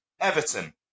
Everton